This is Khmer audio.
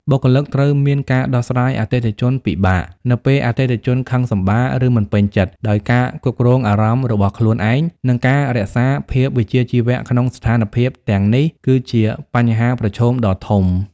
បុគ្គលិកត្រូវមានការដោះស្រាយអតិថិជនពិបាក នៅពេលអតិថិជនខឹងសម្បារ ឬមិនពេញចិត្ត ដោយការគ្រប់គ្រងអារម្មណ៍របស់ខ្លួនឯង និងការរក្សាភាពវិជ្ជាជីវៈក្នុងស្ថានភាពទាំងនេះ គឺជាបញ្ហាប្រឈមដ៏ធំ។